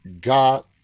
got